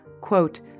quote